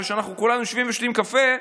איפה שאנחנו כולנו יושבים ושותים קפה,